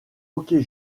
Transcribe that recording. hockey